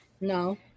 No